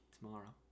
tomorrow